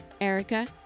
Erica